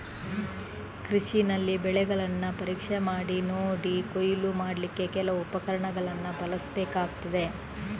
ಕೃಷಿನಲ್ಲಿ ಬೆಳೆಗಳನ್ನ ಪರೀಕ್ಷೆ ಮಾಡಿ ನೋಡಿ ಕೊಯ್ಲು ಮಾಡ್ಲಿಕ್ಕೆ ಕೆಲವು ಉಪಕರಣಗಳನ್ನ ಬಳಸ್ಬೇಕಾಗ್ತದೆ